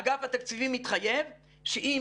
אגף התקציבים התחייב שאם